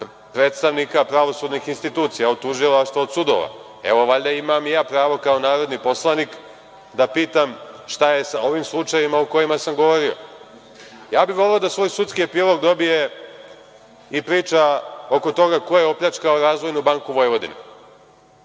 predstavnika pravosudnih institucija, od tužilaštva, od sudova, evo, valjda imam i ja pravo kao narodni poslanik da pitam šta je sa ovim slučajevima o kojima sam govorio. Ja bih voleo da svoj sudski epilog dobije i priča oko toga ko je opljačkao Razvojnu banku Vojvodine,